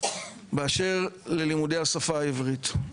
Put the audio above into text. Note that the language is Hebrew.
באשר ללימודי השפה העברית.